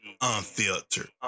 unfiltered